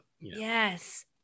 Yes